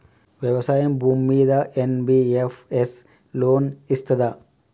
వ్యవసాయం భూమ్మీద NBFS loan ఇస్తదా?